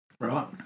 Right